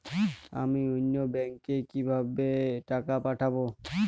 আমি অন্য ব্যাংকে কিভাবে টাকা পাঠাব?